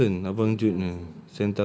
seven thousand abang jo punya